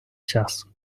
час